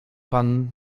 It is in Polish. pan